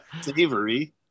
Savory